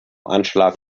anschlag